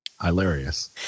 Hilarious